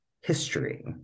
history